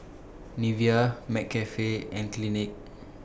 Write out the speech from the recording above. Nivea McCafe and Clinique